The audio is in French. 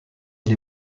les